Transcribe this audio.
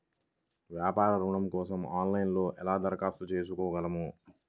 వ్యాపార ఋణం కోసం ఆన్లైన్లో ఎలా దరఖాస్తు చేసుకోగలను?